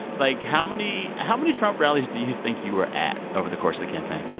like, how many how many trump rallies do you think you were at over the course of the campaign?